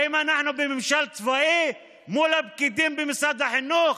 האם אנחנו בממשל צבאי מול הפקידים במשרד החינוך?